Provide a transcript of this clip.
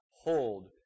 hold